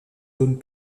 zones